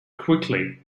quickly